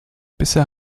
bisher